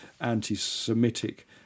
anti-Semitic